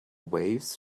waves